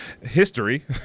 history